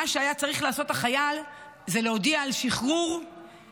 מה שהיה החייל צריך לעשות זה להודיע על שחרור מצה"ל,